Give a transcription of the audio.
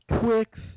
Twix